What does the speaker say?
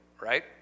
right